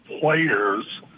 players